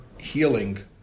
healing